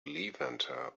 levanter